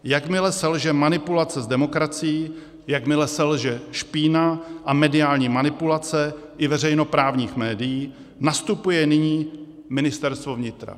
Jakmile selže manipulace s demokracií, jakmile selže špína a mediální manipulace i veřejnoprávních médií, nastupuje nyní Ministerstvo vnitra.